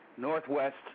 Northwest